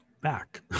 back